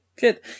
good